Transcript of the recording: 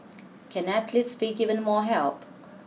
can athletes be given more help